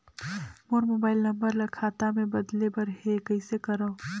मोर mobile number ल खाता मे बदले बर हे कइसे करव?